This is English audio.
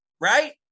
Right